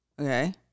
okay